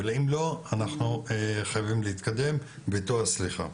אבל אם לא אנחנו חייבים להתקדם ואיתו הסליחה.